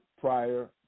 prior